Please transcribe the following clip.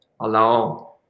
allow